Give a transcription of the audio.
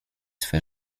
swe